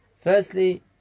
Firstly